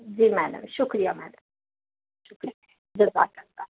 جی madam شکریہ madam شکریہ جزاک اللہ